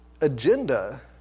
agenda